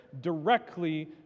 directly